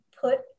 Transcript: put